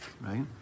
right